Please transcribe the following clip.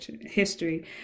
history